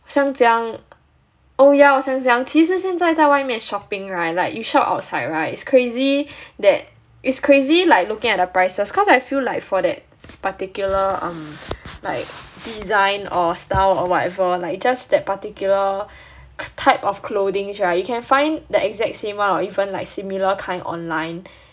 想讲 oh yeah 我想讲其实现在在外面 shopping [right] like you shop outside [right] is crazy that is crazy like looking at the prices cause I feel like for that particular um like design or style or whatever like just that particular type of clothing [right] you can find the exact same one or even like similar kind online